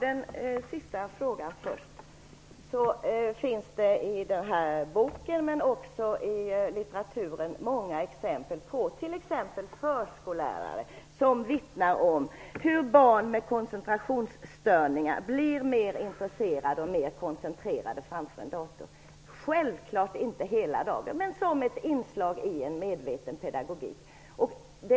Herr talman! Om vi tar den sista frågan först så finns det i den här tidskriften, men också i litteraturen i övrigt, många exempel på t.ex. förskollärare som vittnar om hur barn med koncentrationsstörningar blir mer intresserade och koncentrerade framför en dator - självklart inte hela dagen, men som ett inslag i en medveten pedagogik.